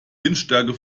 windstärke